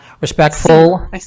respectful